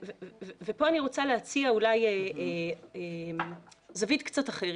פה אני רוצה להציע זווית קצת אחרת.